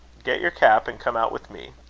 get your cap, and come out with me.